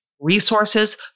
resources